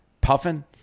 Puffin